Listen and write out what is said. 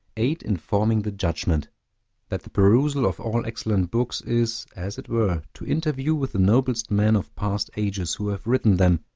aid in forming the judgment that the perusal of all excellent books is, as it were, to interview with the noblest men of past ages, who have written them,